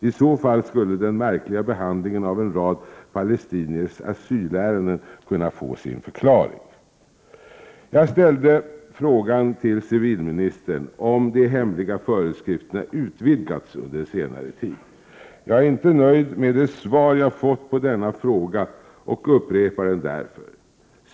I så fall skulle den märkliga behandlingen av en rad palestiniers asylärenden kunna få sin förklaring. Jag frågade civilministern om de hemliga föreskrifterna utvidgats under senare tid. Jag är inte nöjd med det svar jag fått på denna fråga och upprepar den därför.